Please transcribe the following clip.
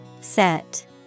Set